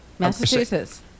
Massachusetts